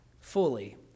fully